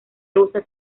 rusa